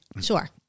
Sure